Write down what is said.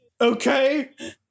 Okay